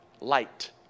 Light